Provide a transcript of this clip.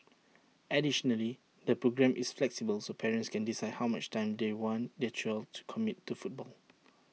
additionally the programme is flexible so parents can decide how much time they want their child to commit to football